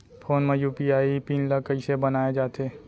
Phone म UPI PIN ल कइसे बनाये जाथे?